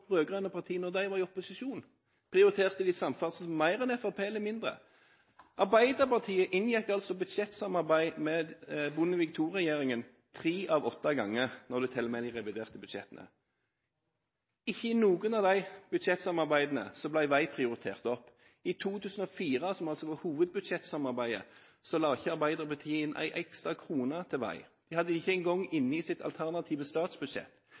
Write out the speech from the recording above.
rød-grønne partiene prioriterte da de var i opposisjon. Prioriterte de samferdsel mer eller mindre enn Fremskrittspartiet? Arbeiderpartiet inngikk budsjettsamarbeid med Bondevik II-regjeringen tre av åtte ganger – om du teller med de reviderte budsjettene. Ikke i noen av de budsjettsamarbeidene ble vei prioritert opp. I 2004, som altså var året for hovedbudsjettsamarbeidet, la ikke Arbeiderpartiet inn én ekstra krone til vei. De hadde det ikke engang inne i sitt alternative statsbudsjett.